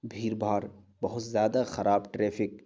بھیڑ بھاڑ بہت زیادہ خراب ٹریفک